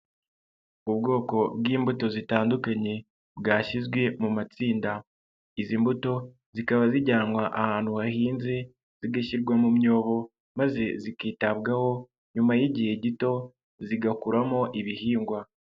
Ubwoko bw'imbuto zitandukanye bwashyizwe mu matsinda, izi mbuto zikaba zijyanwa ahantu hahinze, zigashyirwa mu myobo maze zikitabwaho, nyuma y'igihe gito zigakuramo ibihingwa.